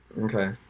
Okay